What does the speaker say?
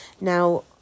Now